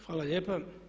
Hvala lijepa.